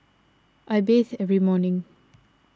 I bathe every morning